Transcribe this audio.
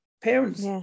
parents